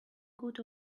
good